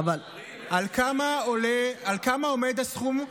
על כמה עומד הסכום?